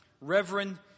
Reverend